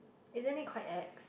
isn't it quite ex